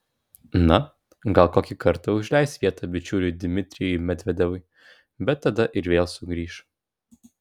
na gal kokį kartą užleis vietą bičiuliui dmitrijui medvedevui bet tada ir vėl sugrįš